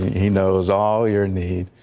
he knows all your needs.